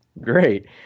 great